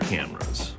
Cameras